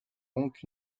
donc